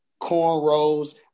cornrows